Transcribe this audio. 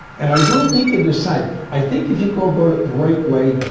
and i don't think you decide. i think, if you go about it the right way,